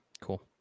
Cool